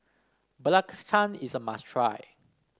belacan is a must try